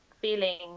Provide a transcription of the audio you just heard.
feeling